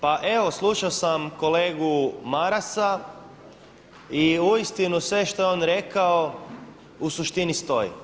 Pa evo slušao sam kolegu Marasa i uistinu sve što je on rekao u suštini stoji.